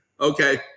okay